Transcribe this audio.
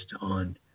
on